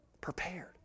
prepared